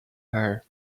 her